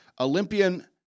Olympian